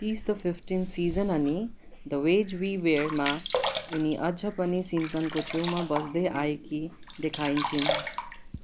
तिस the fifteenth season अनि the way we वेयरमा उनी अझपनि सिम्पसनको छेउमा बस्दै आएकी देखाइन्छिन्